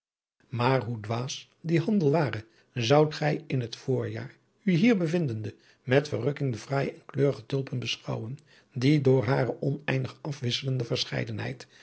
maar hoe dwaas die handel ware zoudt gij in het voorjaar u hier bevindende met verrukking de fraaije en kleurige tulpen beschouwen die door hare oneindig afwisselende verscheidenheid